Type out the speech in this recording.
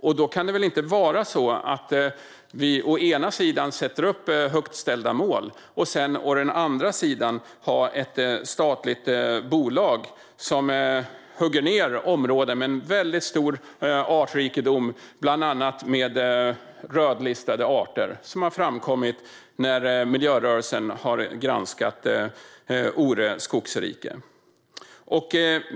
Vi kan inte å ena sidan sätta upp högt ställda mål för att å den andra sidan ha ett statligt bolag som hugger ned områden där det finns stor artrikedom, bland annat med rödlistade arter. Det har framkommit när miljörörelsen har granskat Ore skogsrike.